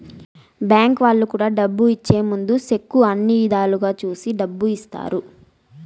bank వాళ్ళు కూడా డబ్బు ఇచ్చే ముందు సెక్కు అన్ని ఇధాల చూసి డబ్బు ఇత్తారు